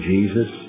Jesus